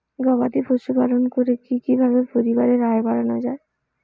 গবাদি পশু পালন করে কি কিভাবে পরিবারের আয় বাড়ানো যায়?